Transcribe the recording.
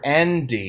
ND